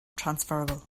transferable